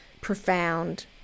profound